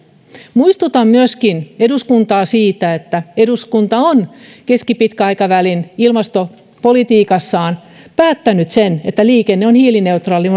muistutan eduskuntaa myöskin siitä että eduskunta on keskipitkän aikavälin ilmastopolitiikassaan päättänyt sen että liikenne on hiilineutraali